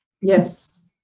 Yes